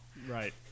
Right